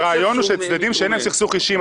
הרעיון הוא שצדדים שאין להם סכסוך אישי עם